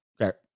Okay